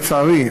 לצערי,